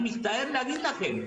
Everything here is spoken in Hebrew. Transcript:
אני מצטער לומר לכם,